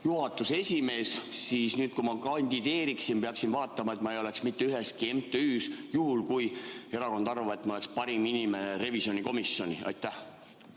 juhatuse esimees, aga nüüd, kui ma kandideeriksin, peaksin vaatama, et ma ei oleks mitte üheski MTÜ-s, juhul kui erakond arvab, et ma oleks parim inimene revisjonikomisjoni. Hea